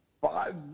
five